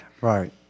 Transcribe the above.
Right